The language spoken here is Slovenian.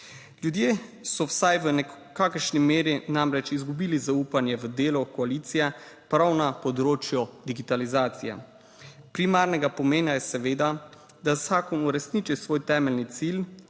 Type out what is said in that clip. Ljudje so vsaj v kakšni meri namreč izgubili zaupanje v delo koalicije prav na področju digitalizacije. Primarnega pomena je seveda, da v zakon uresniči svoj temeljni cilj